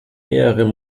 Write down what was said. mehrere